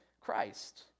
christ